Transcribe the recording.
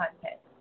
content